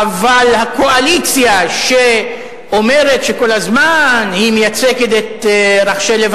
אדוני, אני שב לנושא העיקרי.